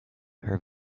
her